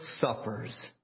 suffers